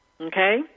Okay